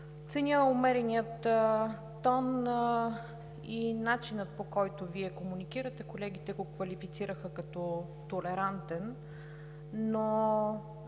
Ценя умерения тон и начина, по който Вие коментирате. Колегите го квалифицираха като толерантен. Не